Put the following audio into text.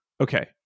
Okay